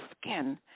skin